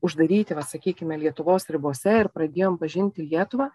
uždaryti va sakykime lietuvos ribose ir pradėjom pažinti lietuvą